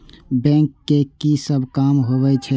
Bank के की सब काम होवे छे?